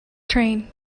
train